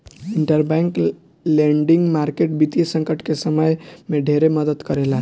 interbank lending market वित्तीय संकट के समय में ढेरे मदद करेला